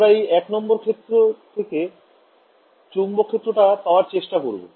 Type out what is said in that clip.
আমরা এই ১ নং ক্ষেত্র থেকে চৌম্বক ক্ষেত্র টা পাওয়ার চেষ্টা করবো